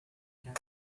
again